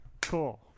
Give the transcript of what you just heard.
cool